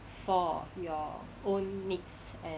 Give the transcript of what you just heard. for your own needs